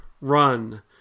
run